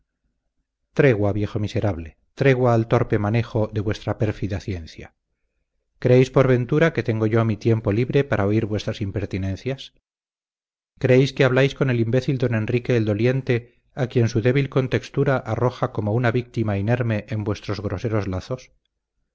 tregua viejo miserable tregua al torpe manejo de vuestra pérfida ciencia creéis por ventura que tengo yo mi tiempo libre para oír vuestras impertinencias creéis que habláis con el imbécil don enrique el doliente a quien su débil contextura arroja como una víctima inerme en vuestros groseros lazos